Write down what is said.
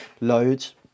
loads